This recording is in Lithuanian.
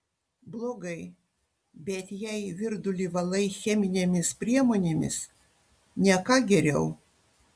blogai bet jei virdulį valai cheminėmis priemonėmis ne ką geriau